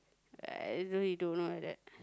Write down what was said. I really don't know like that